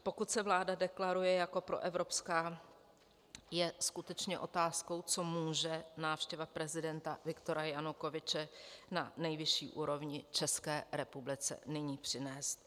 Pokud se vláda deklaruje jako proevropská, je skutečně otázkou, co může návštěva prezidenta Viktora Janukovyče na nejvyšší úrovni České republice nyní přinést.